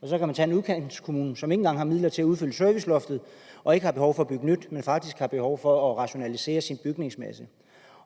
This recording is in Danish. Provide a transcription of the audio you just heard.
og så tager en udkantskommune, som ikke engang har midler til at udfylde serviceloftet og ikke har behov for at bygge nyt, men faktisk har behov for at rationalisere sin bygningsmasse,